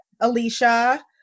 Alicia